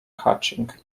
hatching